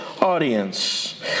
audience